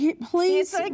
please